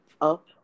up